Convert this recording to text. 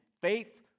Faith